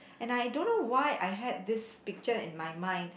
and I don't know why I had this picture in my mind